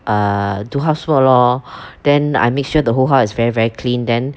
err do housework lor then I make sure the whole house is very very clean then